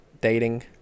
dating